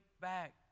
back